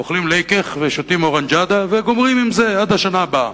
אוכלים "לעקח" ושותים אורנג'דה וגומרים עם זה עד לשנה הבאה.